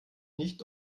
nicht